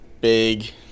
big